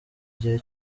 gihe